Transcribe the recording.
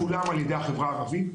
כולם על-ידי החברה הערבית,